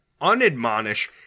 unadmonish